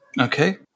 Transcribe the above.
Okay